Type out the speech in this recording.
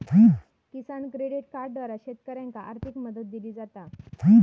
किसान credit कार्डद्वारा शेतकऱ्यांनाका आर्थिक मदत दिली जाता